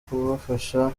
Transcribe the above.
kubafasha